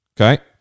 okay